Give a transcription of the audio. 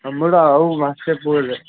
ଆମର ଆଉ ମାସେ ପରେ